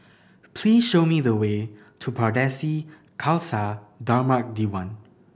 please show me the way to Pardesi Khalsa Dharmak Diwan